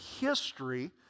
history